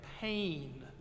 pain